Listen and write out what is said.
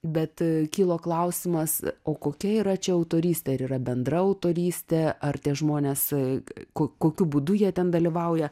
bet kilo klausimas o kokia yra čia autorystė ar yra bendra autorystė ar tie žmonės k ko kokiu būdu jie ten dalyvauja